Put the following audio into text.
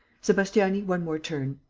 sebastiani, one more turn.